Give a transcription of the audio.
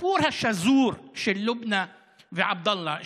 הסיפור השזור של לובנא ועבדאללה,